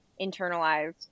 internalized